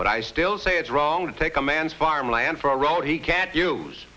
but i still say it's wrong to take a man's farmland for a road he can't use